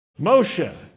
Moshe